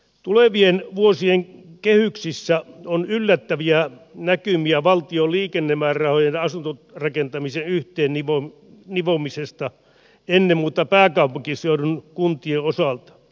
tulevien vuosien kehyksissä on yllättäviä näkymiä valtion liikennemäärärahojen ja asuntorakentamisen yhteen nivomisesta ennen muuta pääkaupunkiseudun kuntien osalta